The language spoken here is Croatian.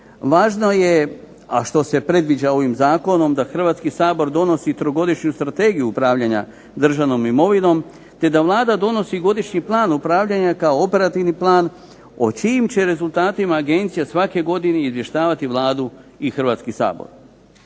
Važno je, a što se predviđa ovim zakonom, da Hrvatski sabor donosi trogodišnju Strategiju upravljanja državnom imovinom te da Vlada donosi godišnji plan upravljanja kao operativni plan o čijim će rezultatima agencija svake godine izvještavati Vladu i Hrvatski sabor.